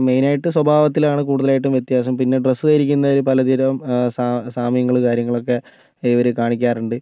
മെയ്നായിട്ട് സ്വഭാവത്തിലാണ് കൂടുതലായിട്ടും വ്യത്യാസം പിന്നെ ഡ്രസ്സ് ധരിക്കുന്നതില് പലതരം സാ സാമ്യങ്ങള് കാര്യങ്ങളൊക്കെ ഇവര് കാണിക്കാറുണ്ട്